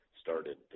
started